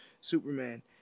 superman